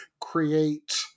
create